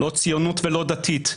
לא ציונות ולא דתית.